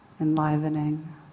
enlivening